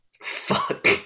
Fuck